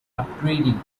upgrading